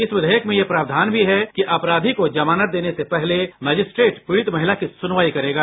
इस विघेयक में ये प्रावधान भी है कि अपराधी को जमानत देने से पहले मजिस्ट्रेट पीड़ित महिला की सुनवाई करेगा